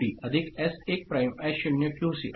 QC S1